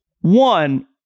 one